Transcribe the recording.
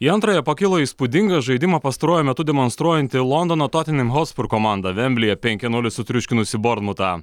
į antrąją pakilo įspūdingą žaidimą pastaruoju metu demonstruojanti londono totenhem hotspur komanda vemblyje penki nulis sutriuškinusi bornutą